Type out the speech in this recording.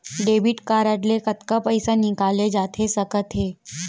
Debit card ले कतका पइसा निकाले जाथे सकत हे?